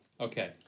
Okay